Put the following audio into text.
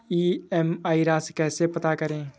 EMI राशि कैसे पता करें?